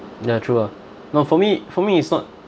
ya true lah no for me for me it's not